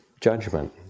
judgment